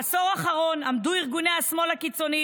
בעשור האחרון עמדו ארגוני השמאל הקיצוני